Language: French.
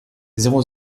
zéro